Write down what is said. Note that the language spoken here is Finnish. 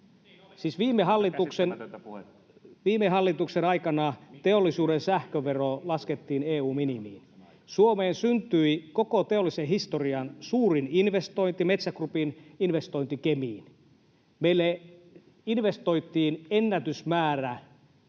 Viime hallituksen aikana teollisuuden sähkövero laskettiin EU:n minimiin. Suomeen syntyi koko teollisen historian suurin investointi: Metsä Groupin investointi Kemiin. Meille Suomeen investoitiin ennätysmäärä